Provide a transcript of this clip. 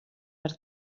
per